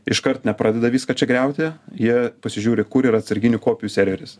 iškart nepradeda visko čia griauti jie pasižiūri kur yra atsarginių kopijų serveris